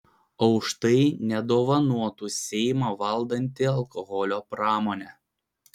o už tai nedovanotų seimą valdanti alkoholio pramonė